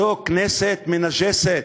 זו כנסת מנג'סת.